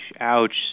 Ouch